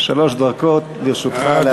שלוש דקות לרשותך.